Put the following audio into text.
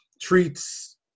treats